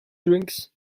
drinks